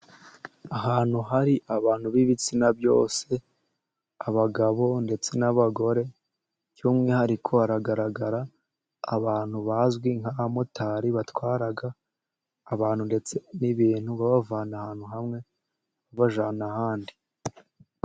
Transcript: Ahantu hari abantu b'ibitsina byose, abagabo ndetse n'abagore, by'umwihariko hagaragara abantu bazwi nk'abamotari batwara abantu ndetse n'ibintu, babavana ahantu hamwe babajyana ahandi.